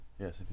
Yes